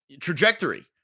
trajectory